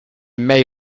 may